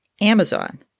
Amazon